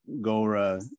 Gora